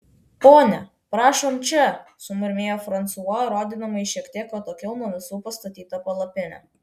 ponia prašom čia sumurmėjo fransua rodydamas į šiek tiek atokiau nuo visų pastatytą palapinę